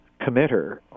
committer